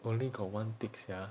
only got one tick sia